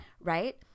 Right